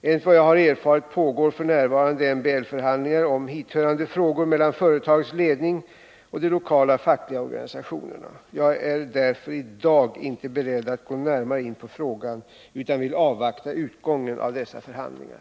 Enligt vad jag har erfarit pågår f. n. MBL-förhandlingar om hithörande frågor mellan företagets ledning och de lokala fackliga organisationerna. Jag är därför i dag inte beredd att gå närmare in på frågan, utan vill avvakta utgången av dessa förhandlingar.